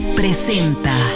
presenta